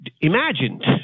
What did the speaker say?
imagined